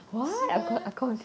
是 meh